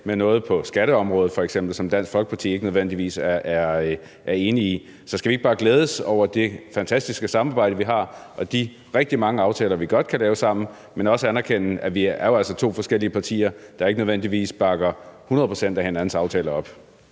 med noget på f.eks. skatteområdet, som Dansk Folkeparti ikke nødvendigvis er enig i. Skal vi så ikke bare glædes over det fantastiske samarbejde, vi har, og de rigtig mange aftaler, vi godt kan lave sammen, men også anerkende, at vi jo altså er to forskellige partier, der ikke nødvendigvis bakker 100 pct. af hinandens aftaler op.